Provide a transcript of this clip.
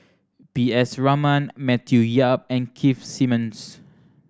P S Raman Matthew Yap and Keith Simmons